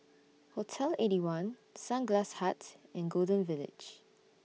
Hotel Eighty One Sunglass Hut and Golden Village